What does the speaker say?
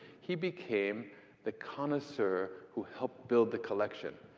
he became the connoisseur who helped build the collection.